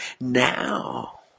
now